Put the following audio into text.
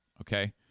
okay